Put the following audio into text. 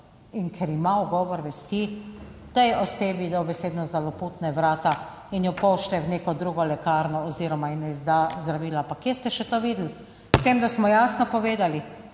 in ker ima ugovor vesti, tej osebi dobesedno zaloputne vrata in jo pošlje v neko drugo lekarno oziroma ji ne izda zdravila. Pa kje ste še to videli? S tem, da smo jasno povedali,